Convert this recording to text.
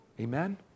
Amen